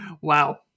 wow